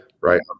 right